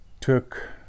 took